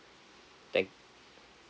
thank